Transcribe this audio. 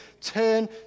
turn